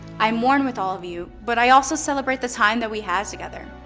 i'm worn with all of you, but i also celebrate the time that we have together.